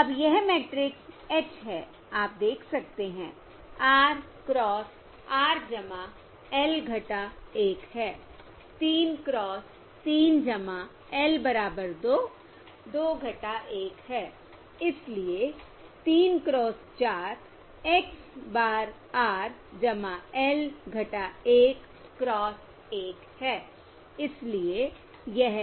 अब यह matrix H है आप देख सकते हैं R क्रॉस R L - 1 है 3 क्रॉस 3 L बराबर 2 2 1 है इसलिए 3 cross 4 x bar R L 1 cross 1 है इसलिए यह